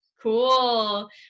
Cool